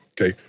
Okay